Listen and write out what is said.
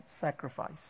sacrifice